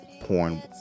porn